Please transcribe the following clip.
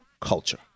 culture